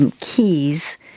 keys